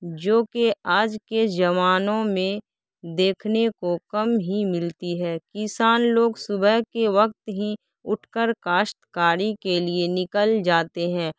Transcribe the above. جوکہ آج کے زمانوں میں دیکھنے کو کم ہی ملتی ہے کسان لوگ صبح کے وقت ہی اٹھ کر کاشتکاری کے لیے نکل جاتے ہیں